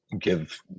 give